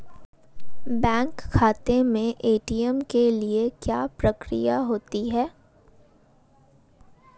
Bank खाते में ATM के लिए क्या प्रक्रिया होती है?